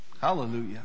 Hallelujah